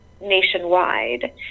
nationwide